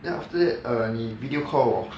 then after err 你 video call 我